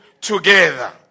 together